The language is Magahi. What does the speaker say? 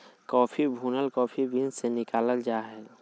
कॉफ़ी भुनल कॉफ़ी बीन्स से निकालल जा हइ